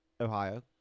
Ohio